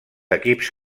equips